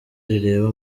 rireba